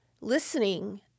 listening